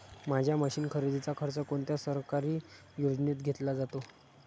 माझ्या मशीन खरेदीचा खर्च कोणत्या सरकारी योजनेत घेतला जातो?